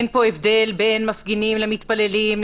אין הבדל בין מפגינים למתפללים,